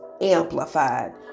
amplified